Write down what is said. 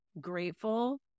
grateful